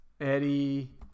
eddie